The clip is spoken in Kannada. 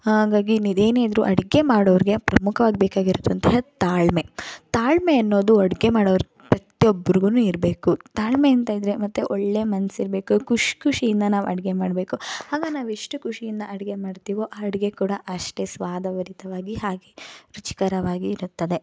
ಹಾಗಾಗಿ ಇನ್ನಿದು ಏನೇ ಇದ್ರೂ ಅಡುಗೆ ಮಾಡೋರಿಗೆ ಪ್ರಮುಖವಾಗಿ ಬೇಕಾಗಿರೋದು ಅಂದ್ರೆ ತಾಳ್ಮೆ ತಾಳ್ಮೆ ಅನ್ನೋದು ಅಡುಗೆ ಮಾಡೋರು ಪ್ರತಿಯೊಬ್ರಿಗೂನು ಇರಬೇಕು ತಾಳ್ಮೆಯಿಂದ ಇದ್ದರ ಮತ್ತು ಒಳ್ಳೆ ಮನ್ಸು ಇರಬೇಕು ಖುಷಿ ಖುಷಿಯಿಂದ ನಾವು ಅಡುಗೆ ಮಾಡಬೇಕು ಆಗ ನಾವು ಎಷ್ಟು ಖುಷಿಯಿಂದ ಅಡುಗೆ ಮಾಡ್ತೀವೊ ಆ ಅಡುಗೆ ಕೂಡ ಅಷ್ಟೆ ಸ್ವಾದಭರಿತವಾಗಿ ಹಾಗೇ ರುಚಿಕರವಾಗಿ ಇರುತ್ತದೆ